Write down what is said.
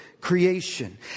creation